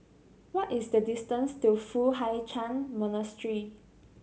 what is the distance to Foo Hai Ch'an Monastery